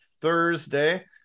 Thursday